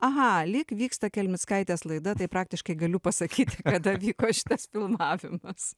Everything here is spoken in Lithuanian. aha lyg vyksta kelmickaitės laida tai praktiškai galiu pasakyti kada vyko šitas filmavimas